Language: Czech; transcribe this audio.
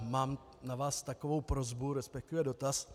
Mám na vás takovou prosbu, resp. dotaz.